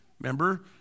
remember